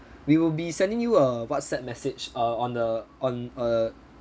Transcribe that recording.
we will be sending you a WhatsApp message uh on the on err